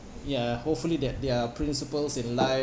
ya hopefully that their principles in life